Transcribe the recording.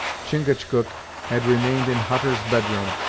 chingachgook had remained in hutter's bed room,